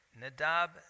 Nadab